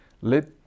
let